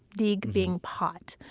dig being pot.